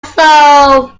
soul